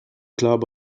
club